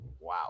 wow